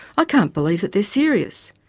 ah can't believe that they're serious.